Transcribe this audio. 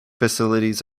facilities